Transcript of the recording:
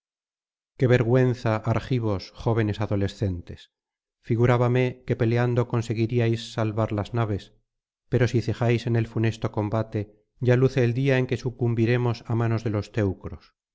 qué vergüenza argivos jóvenes adolescentes figurábame que peleando conseguiríais salvar las naves pero si cejáis en el funesto combate ya luce el día en que sucumbiremos á manos de los teucros